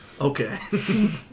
Okay